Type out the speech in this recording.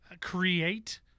create